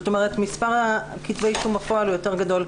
זאת אומרת, מספר כתבי האישום בפועל הוא יותר גדול.